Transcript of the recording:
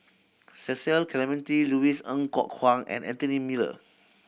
Cecil Clementi Louis Ng Kok Kwang and Anthony Miller